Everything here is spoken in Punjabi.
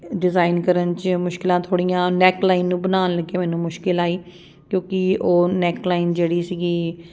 ਡਿਜ਼ਾਇਨ ਕਰਨ 'ਚ ਮੁਸ਼ਕਲਾਂ ਥੋੜ੍ਹੀਆਂ ਨੈਕਲਾਈਨ ਨੂੰ ਬਣਾਉਣ ਲੱਗੇ ਮੈਨੂੰ ਮੁਸ਼ਕਿਲ ਆਈ ਕਿਉਂਕਿ ਉਹ ਨੈਕਲਾਈਨ ਜਿਹੜੀ ਸੀਗੀ